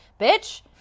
bitch